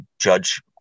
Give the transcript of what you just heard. judge